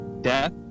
death